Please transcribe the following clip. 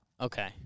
Okay